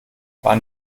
wann